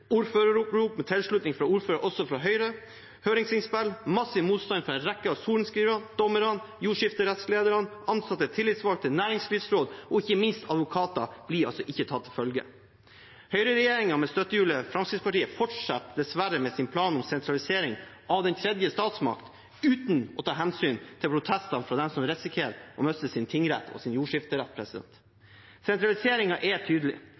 med tilslutning fra ordførere også fra Høyre, høringsinnspill, massiv motstand fra en rekke sorenskrivere, dommere, jordskifterettsledere, ansatte, tillitsvalgte, næringslivsråd og ikke minst advokater blir ikke tatt til følge. Høyreregjeringen med støttehjulet Fremskrittspartiet fortsetter dessverre med sin plan om sentralisering av den tredje statsmakt uten å ta hensyn til protestene fra dem som risikerer å miste sin tingrett og jordskifterett. Sentraliseringen er tydelig.